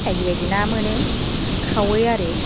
बायदि बायदि ना मोनो खावै आरि